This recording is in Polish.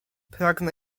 pragnę